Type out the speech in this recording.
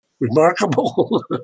Remarkable